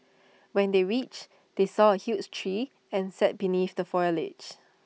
when they reached they saw A huge tree and sat beneath the foliage